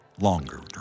longer